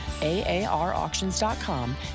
AARauctions.com